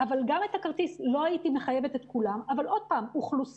גם בכרטיס לא הייתי מחייבת את כולם, אבל עוד פעם,